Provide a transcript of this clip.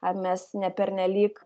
ar mes ne pernelyg